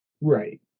Right